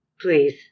Please